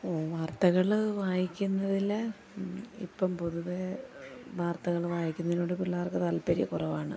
വാർത്തകൾ വായിക്കുന്നതിൽ ഇപ്പം പൊതുവെ വാർത്തകൾ വായിക്കുന്നതിനോട് പിള്ളേർക്ക് താല്പര്യക്കുറവാണ്